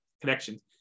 connections